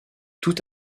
tout